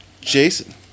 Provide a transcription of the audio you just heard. Jason